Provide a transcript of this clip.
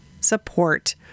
support